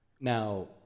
Now